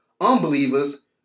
unbelievers